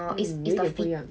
嗯有点不一样